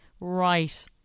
right